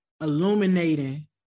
illuminating